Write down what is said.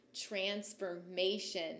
transformation